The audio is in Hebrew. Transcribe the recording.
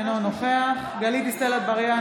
אינו נוכח גלית דיסטל אטבריאן,